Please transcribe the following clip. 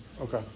Okay